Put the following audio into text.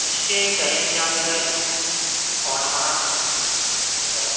ᱱᱤᱥᱪᱚᱭ ᱤᱧ ᱴᱟᱭᱤᱢᱤᱧ ᱧᱟᱢ ᱞᱮᱠᱷᱟᱡ ᱦᱟᱸᱜ ᱯᱷᱳᱱᱟᱢᱟᱧ ᱱᱟᱦᱟᱜ ᱪᱟᱞᱟᱜ